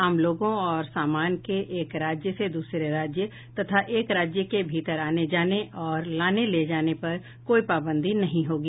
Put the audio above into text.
आम लोगों और सामान के एक राज्य से दूसरे राज्य तथा एक राज्य के भीतर आने जाने और लाने ले जाने पर कोई पाबंदी नहीं होगी